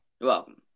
welcome